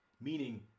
meaning